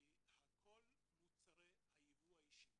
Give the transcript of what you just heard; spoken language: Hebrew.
כל מוצרי היבוא האישי